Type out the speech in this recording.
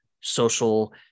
social